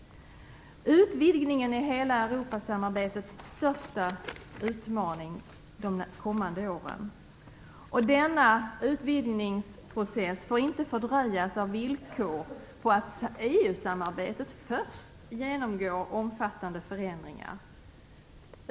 Utvidgningen är hela Europasamarbetets största utmaning de kommande åren. Denna utvidgningsprocess får inte fördröjas av villkor på att EU-samarbetet först genomgår omfattande förändringar.